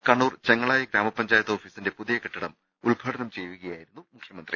കണ്ണൂർ ചെങ്ങളായി ഗ്രാമപ ഞ്ചായത്ത് ഓഫീസിന്റെ പുതിയ കെട്ടിടം ഉദ്ഘാടനം ചെയ്യുകയായിരുന്നു മുഖ്യമന്ത്രി